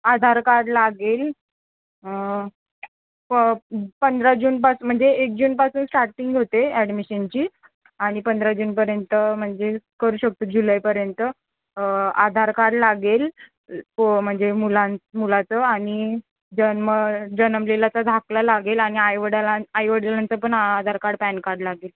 आधार card लागेल प पंधरा जून पास् म्हणजे एक जूनपासून स्टार्टिंग होते ॲडमिशनची आणि पंधरा जूनपर्यंत म्हणजे करू शकतो जुलैपर्यंत आधार कार्ड लागेल हो म्हणजे मुलान् मुलाचं आणि जन्म जन्मलेलाचा दाखला लागेल आणि आईवडिलान् आईवडिलांचा पण आधार कार्ड पॅन कार्ड लागेल